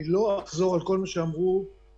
אני לא אחזור על כל מה שאמרו לפניי,